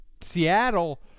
Seattle